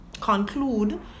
conclude